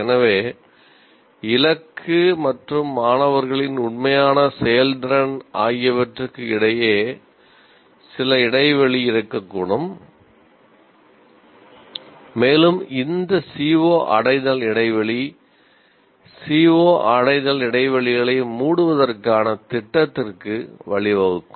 எனவே இலக்கு மற்றும் மாணவர்களின் உண்மையான செயல்திறன் ஆகியவற்றுக்கு இடையே சில இடைவெளி இருக்கக்கூடும் மேலும் இந்த CO அடைதல் இடைவெளி CO அடைதல் இடைவெளிகளை மூடுவதற்கான திட்டத்திற்கு வழிவகுக்கும்